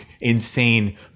insane